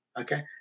Okay